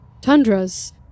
tundras